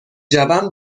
جوم